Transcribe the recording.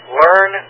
learn